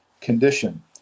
condition